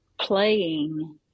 playing